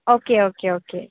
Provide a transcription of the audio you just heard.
okay okay okay